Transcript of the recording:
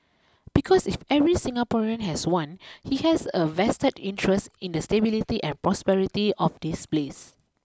because if every Singaporean has one he has a vested interest in the stability and prosperity of this place